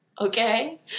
Okay